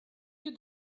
you